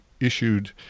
issued—